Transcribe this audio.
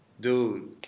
Dude